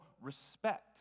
respect